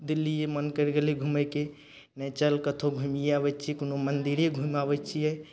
दिल्लीये मन करि गेलय घुमयके नहि चल कतहो घुमिये आबय छी कोनो मन्दिरे घुमि आबय छियै